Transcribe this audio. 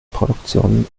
produktionen